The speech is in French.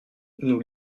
nous